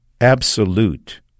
absolute